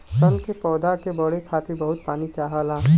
सन के पौधा के बढ़े खातिर बहुत पानी चाहला